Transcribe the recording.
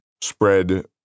spread